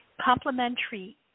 complementary